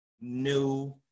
new